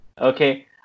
Okay